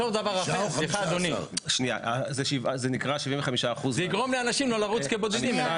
15%. זה יגרום לאנשים לא לרוץ כבודדים .